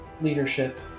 leadership